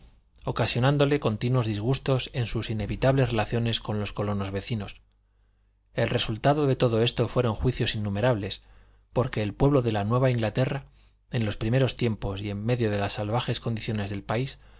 ocasionándole continuos disgustos en sus inevitables relaciones con los colonos vecinos el resultado de todo esto fueron juicios innumerables porque el pueblo de la nueva inglaterra en los primeros tiempos y en medio de las salvajes condiciones del país